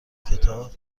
کتاب